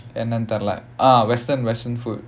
என்னனு தெரில:ennanu terila like ah western western food